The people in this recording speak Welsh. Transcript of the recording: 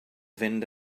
fynd